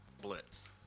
blitz